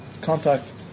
contact